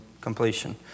completion